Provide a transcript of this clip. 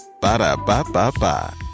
Ba-da-ba-ba-ba